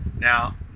Now